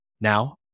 Now